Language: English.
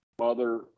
mother